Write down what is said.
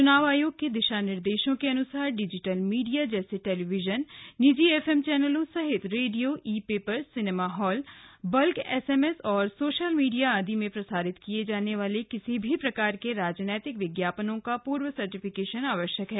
चुनाव आयोग के दिशा निर्देशों के अनुसार डिजिटल मीडिया जैसे टेलीविजन निजी एफएम चैनलों सहित radio e paper cinema hall bulk SMS और सोशल मीडिया आदि में प्रसारित किए जाने वाले किसी भी प्रकार के राजनैतिक विज्ञापनों का पूर्व सर्टिफिकेशन आवश्यक है